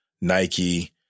Nike